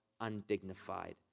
undignified